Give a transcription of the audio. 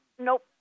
nope